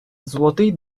золотий